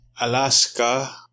Alaska